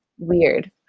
Weird